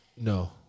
No